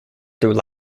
through